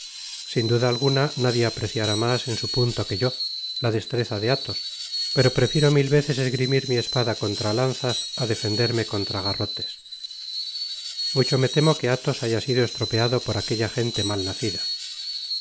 sin duda alguna nadie apreciará mas en su punto que yo la destreza de athos pero prefiero mil veces esgrimir mi espada contra lanzas á defenderme contra garrotes mucho me temo que athos haya sido estropeado por aquella gente mal nacida